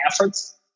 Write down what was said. efforts